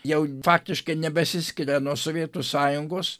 jau faktiškai nebesiskiria nuo sovietų sąjungos